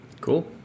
cool